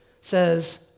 says